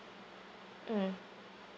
mm